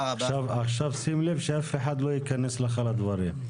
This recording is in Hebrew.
עכשיו שים לב שאף אחד לא ייכנס לך לדברים.